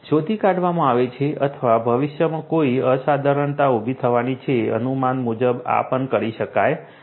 શોધી કાઢવામાં આવે છે અથવા ભવિષ્યમાં કોઈ અસાધારણતા ઊભી થવાની છે અનુમાન મુજબ આ પણ કરી શકાય છે